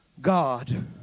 God